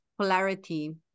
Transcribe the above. polarity